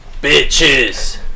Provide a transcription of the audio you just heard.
bitches